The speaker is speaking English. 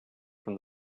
from